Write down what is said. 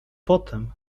potem